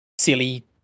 silly